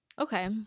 Okay